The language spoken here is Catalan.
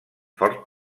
fort